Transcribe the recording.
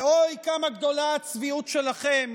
ואוי, כמה גדולה הצביעות שלכם